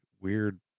weird